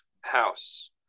house